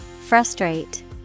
Frustrate